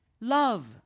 love